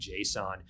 JSON